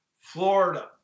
Florida